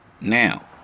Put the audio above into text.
Now